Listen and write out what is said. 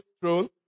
throne